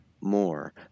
more